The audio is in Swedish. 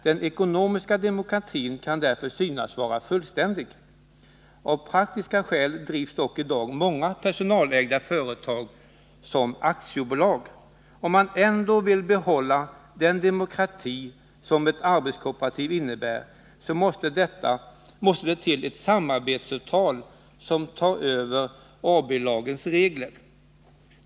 Den ekonomiska demokratin kan därmed synas vara fullständig. Av praktiska skäl drivs dock i dag många personalägda företag som aktiebolag. Om man ändå vill behålla den demokrati som ett arbetskooperativ innebär måste det till ett samarbetsavtal som tar över aktiebolagslagens regler.